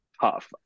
tough